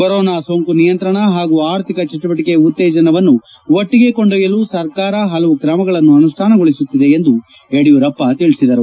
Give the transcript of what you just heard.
corona ಸೋಂಕು ನಿಯಂತ್ರಣ ಹಾಗೂ ಆರ್ಥಿಕ ಚಟುವಟಿಕೆ ಉತ್ತೇಜನವನ್ನು ಒಟ್ಸಿಗೆ ಕೊಂಡೊಯ್ಯಲು ಸರ್ಕಾರ ಹಲವು ತ್ರಮಗಳನ್ನು ಅನುಷ್ಪಾನಗೊಳಿಸುತ್ತಿದೆ ಎಂದು ಯಡಿಯೂರಪ್ಪ ತಿಳಿಸಿದರು